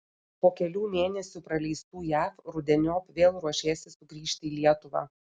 po kelių mėnesių praleistų jav rudeniop vėl ruošiesi sugrįžti į lietuvą